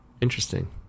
Interesting